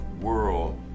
world